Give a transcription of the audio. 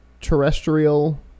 terrestrial